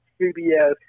CBS